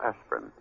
aspirin